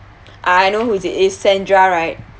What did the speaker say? I know who is it it's sandra right